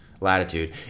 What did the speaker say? Latitude